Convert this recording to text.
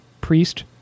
priest